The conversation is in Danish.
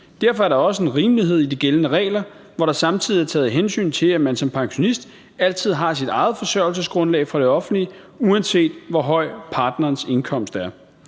Derfor er der også en rimelighed i de gældende regler, hvor der samtidig er taget hensyn til, at man som pensionist altid har sit eget forsørgelsesgrundlag fra det offentlige, uanset hvor høj partnerens indkomst er.